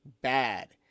bad